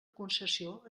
concessió